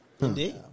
indeed